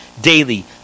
daily